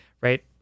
right